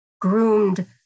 Groomed